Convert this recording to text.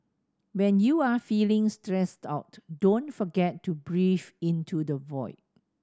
when you are feeling stressed out don't forget to breathe into the void